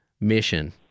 mission